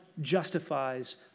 justifies